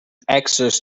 access